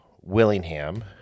Willingham